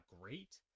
great